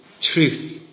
truth